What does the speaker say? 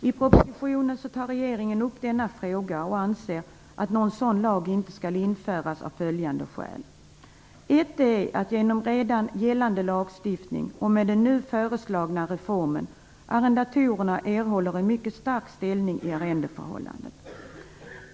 I propositionen tar regeringen upp denna fråga, och man anser att någon sådan lag inte skall införas av följande skäl: Genom redan gällande lagstiftning och med den nu föreslagna reformen erhåller arrendatorerna en mycket stark ställning i arrendeförhållandet.